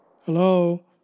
Hello